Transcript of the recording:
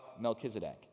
Melchizedek